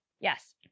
Yes